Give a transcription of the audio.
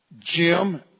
Jim